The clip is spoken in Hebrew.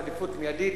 עדיפות מיידית,